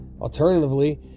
Alternatively